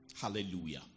Hallelujah